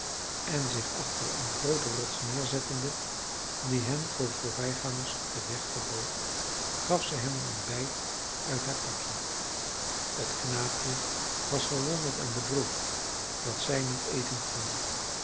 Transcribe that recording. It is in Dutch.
en zich achter eene groote rots neerzettende die hen voor voorbijgangers op den weg verborg gaf zij hem een ontbijt uit haar pakje het knaapje was verwonderd en bedroefd dat zij niet eten kon